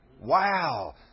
Wow